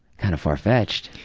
kind of far fetched.